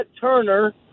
Turner